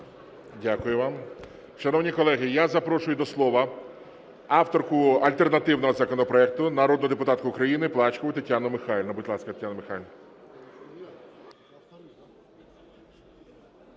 Дякую вам. Шановні колеги, я запрошую до слова авторку альтернативного законопроекту, народну депутатку України Плачкову Тетяну Михайлівну.